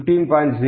0 8 15